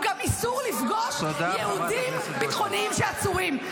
גם איסור לפגוש יהודים ביטחוניים שעצורים.